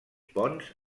ponts